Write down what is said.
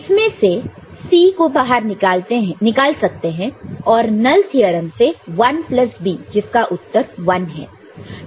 इसमें से C को बाहर निकाल सकते हैं और नल थ्योरम से 1 प्लस B जिसका उत्तर 1 है